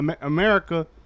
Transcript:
America